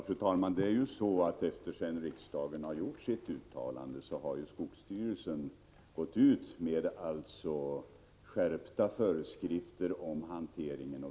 Fru talman! Sedan riksdagen gjorde sitt uttalande har skogsstyrelsen utfärdat skärpta föreskrifter om hanteringen.